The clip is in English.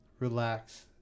Relax